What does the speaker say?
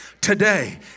today